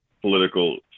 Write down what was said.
political